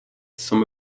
some